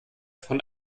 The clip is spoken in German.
von